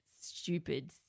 stupid